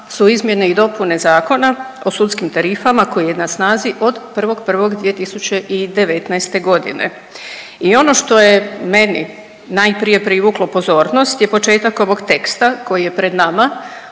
su izmjene i dopune Zakona o sudskim tarifama koji je na snazi od 1.1.2019.g.. I ono što je meni najprije privuklo pozornost je početak ovog teksta koji je pred nama